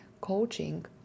Coaching